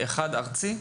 אחד ארצי?